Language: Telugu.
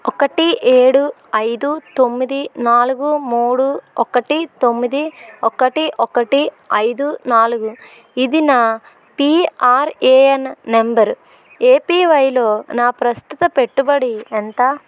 ఒకటి ఏడు ఐదు తొమ్మిది నాలుగు మూడు ఒకటి తొమ్మిది ఒకటి ఒకటి ఐదు నాలుగు ఇది నా పీఆర్ఏఎన్ నంబర్ ఏపీవైలో నా ప్రస్తుత పెట్టుబడి ఎంత